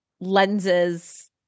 lenses